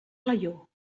alaior